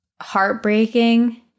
heartbreaking